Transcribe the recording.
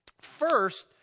First